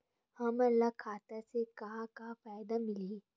हमन ला खाता से का का फ़ायदा मिलही?